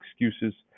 excuses